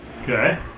Okay